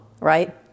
right